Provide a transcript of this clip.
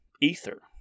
ether